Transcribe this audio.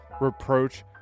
reproach